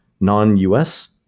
non-US